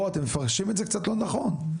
אתם מפרשים את זה לא נכון,